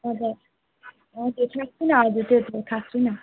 हजुर हजुर खाएको छुइनँ हजुर त्यो त खाएको छुइनँ